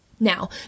Now